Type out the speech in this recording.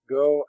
go